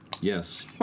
Yes